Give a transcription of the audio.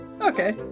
Okay